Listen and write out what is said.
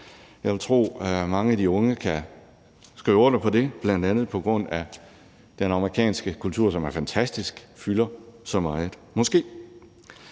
Jeg vil tro, at mange af de unge kan skrive under på det, bl.a. på grund af at den amerikanske kultur, som er fantastisk, fylder så meget. Eller